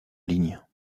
ligne